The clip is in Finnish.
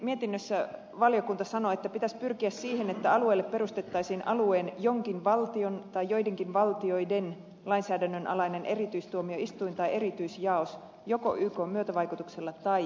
mietinnössä valiokunta sanoo että pitäisi pyrkiä siihen että alueelle perustettaisiin alueen jonkin valtion tai joidenkin valtioiden lainsäädännön alainen erityistuomioistuin tai erityisjaos joko ykn myötävaikutuksella tai ilman